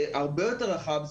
זה הרבה יותר רחב.